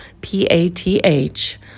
P-A-T-H